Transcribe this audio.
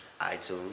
iTunes